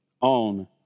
on